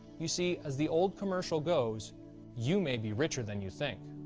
you see, as the old commercial goes you may be richer than you think.